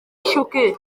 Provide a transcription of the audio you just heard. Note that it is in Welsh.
llwgu